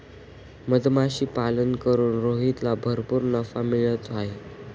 मधमाशीपालन करून रोहितला भरपूर नफा मिळत आहे